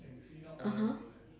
(uh huh)